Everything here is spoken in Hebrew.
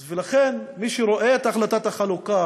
לכן, מי שרואה את החלטת החלוקה